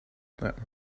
that